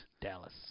Dallas